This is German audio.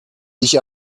ich